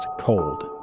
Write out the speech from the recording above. Cold